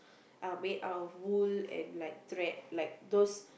uh made up of wool and like thread like those